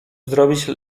zrobić